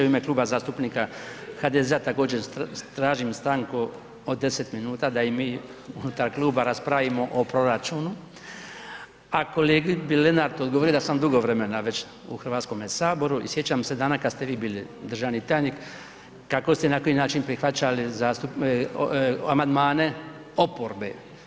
U ime Kluba zastupnika HDZ-a, također tražim stanku od 10 min da i mi unutar kluba raspravimo o proračunu a kolegi bi Lenartu odgovorio da sam dugo vremena već u Hrvatskome saboru i sjećam se dana kad ste vi bili državni tajnik, kako ste i na koji način prihvaćali amandmane oporbe.